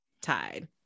tied